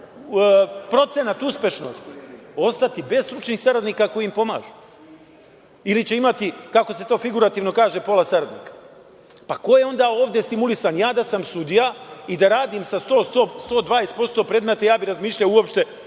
procenat uspešnosti, ostati bez stručnih saradnika koji im pomažu, ili će imati, kako se to figurativno kaže, pola saradnika. Ko je onda ovde stimulisan? Ja da sam sudija i da radim sa 100%, 120% predmeta, ja bih razmišljao uopšte